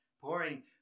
pouring